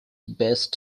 best